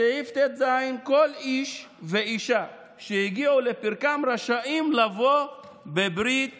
בסעיף ט"ז: "כל איש ואישה שהגיעו לפרקם רשאים לבוא בברית